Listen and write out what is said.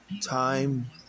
Time